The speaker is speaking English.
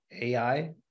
AI